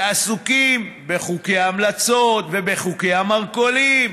שעסוקים בחוקי המלצות ובחוקי המרכולים,